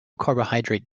carbohydrate